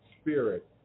spirit